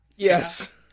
Yes